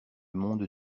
monde